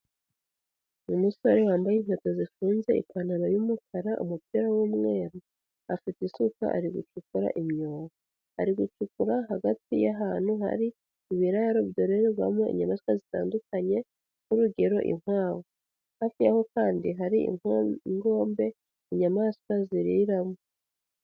Umusore wambaye inkweto zifunze, ipantaro y'umukara, umupira w'umweru afite isuka ari gucukura imyobo, ari gucukura hagati y'ahantu hari ibiraro byororerwamo inyamaswa zitandukanye nk'urugero inkwavu, hafi yaho kandi hari ingombe inyamaswa ziririramo.